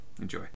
Enjoy